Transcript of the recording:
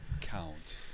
count